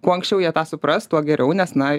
kuo anksčiau jie tą supras tuo geriau nes na